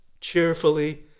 cheerfully